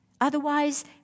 Otherwise